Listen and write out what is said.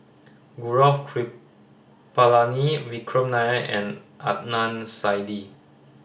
Gaurav Kripalani Vikram Nair and Adnan Saidi